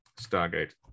Stargate